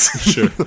Sure